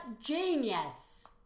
genius